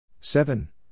seven